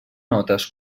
notes